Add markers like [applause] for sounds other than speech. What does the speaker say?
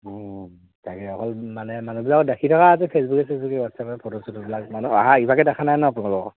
অ তাকে অকল মানে মানুহবিলাকক দেখি থকা হৈছে ফেচবুকত [unintelligible] ইভাগে দেখা নাই আপোনালোকক